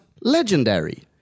Legendary